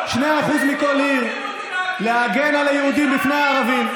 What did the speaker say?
מכל עיר להגן על היהודים מפני הערבים.